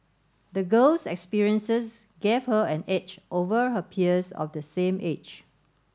the girl's experiences gave her an edge over her peers of the same age